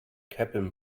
cabin